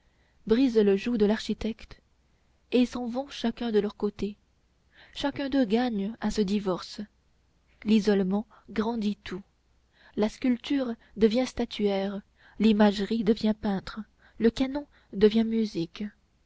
brisent le joug de l'architecte et s'en vont chacun de leur côté chacun d'eux gagne à ce divorce l'isolement grandit tout la sculpture devient statuaire l'imagerie devient peinture le canon devient musique